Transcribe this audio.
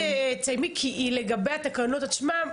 תסיימי את ההתייחסות הכללית שלך,